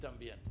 también